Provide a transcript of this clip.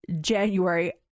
January